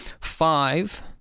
five